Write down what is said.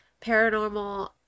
paranormal